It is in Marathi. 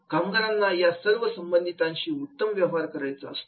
कामगारांना या सर्व संबंधितांशी उत्तम व्यवहार करायचा असतो